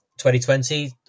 2020